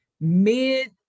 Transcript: mid